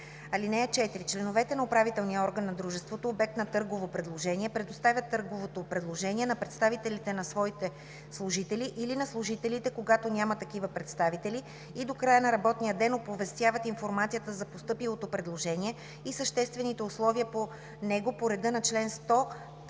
„(4) Членовете на управителния орган на дружеството – обект на търгово предложение, предоставят търговото предложение на представителите на своите служители или на служителите, когато няма такива представители, и до края на работния ден оповестяват информацията за постъпилото предложение и съществените условия по него по реда на чл. 100т.